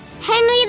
Henry